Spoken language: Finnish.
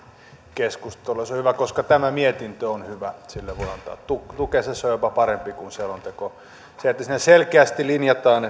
keskustelua se on hyvä koska tämä mietintö on hyvä sille voi antaa tukensa se on jopa parempi kuin selonteko jossa selkeästi linjataan